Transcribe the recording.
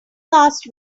last